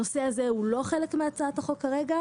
הנושא הזה הוא לא חלק מהצעת החוק כרגע.